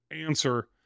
answer